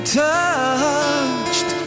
touched